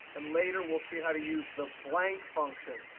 and later we'll see how to use the blank function.